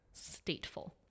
stateful